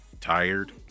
tired